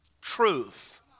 truth